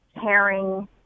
caring